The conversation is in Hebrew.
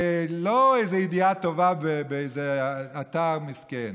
לא איזו ידיעה טובה באיזה אתר מסכן